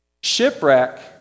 Shipwreck